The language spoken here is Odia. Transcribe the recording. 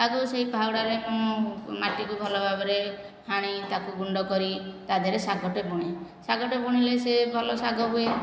ଆଗ ସେ ଫାଉଡ଼ା ରେ ମୁଁ ମାଟିକୁ ଭଲ ଭାବରେ ହାଣି ତାକୁ ଗୁଣ୍ଡ କରି ତା ଦେହରେ ଶାଗଟେ ବୁଣେ ଶାଗଟେ ବୁଣିଲେ ସେ ଭଲ ଶାଗ ହୁଏ